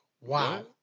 wow